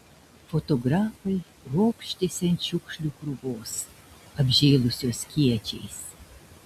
fotografai ropštėsi ant šiukšlių krūvos apžėlusios kiečiais